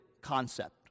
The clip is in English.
concept